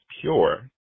pure